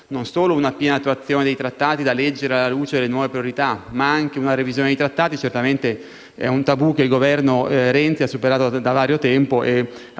non solo una piena attuazione dei trattati da leggere alla luce delle nuove priorità, ma anche una revisione dei trattati (un tabù che il Governo Renzi ha superato da vario tempo),